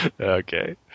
okay